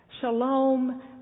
Shalom